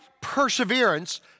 perseverance